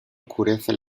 oscurece